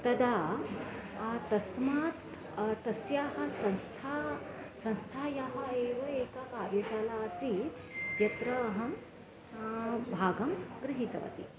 तदा तस्मात् तस्याः संस्थायाः संस्थायाः एव एका कार्यशाला आसीत् यत्र अहं भागं गृहीतवती